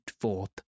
forth